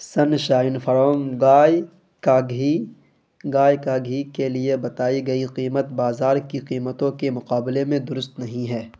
سن shine Farm گائے کا گھی گائے کا گھی کے لیے بتائی گئی قیمت بازار کی قیمتوں کے مقابلے میں درست نہیں ہے